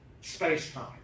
space-time